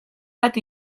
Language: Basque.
bat